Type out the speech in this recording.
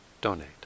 donate